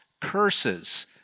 curses